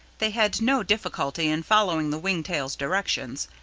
they had no difficulty in following the wagtail's directions.